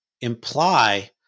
imply